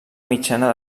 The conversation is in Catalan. mitjana